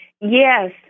Yes